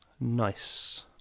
Nice